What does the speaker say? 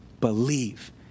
believe